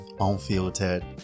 unfiltered